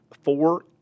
four